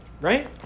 Right